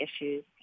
issues